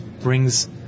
brings